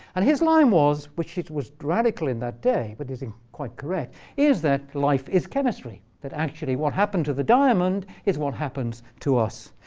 and his line was, which it was radical in that day, but is is quite correct is that life is chemistry that actually what happened to the diamond is what happens to us.